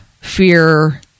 fear